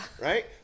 right